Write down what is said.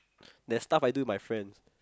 there stuff I do my friends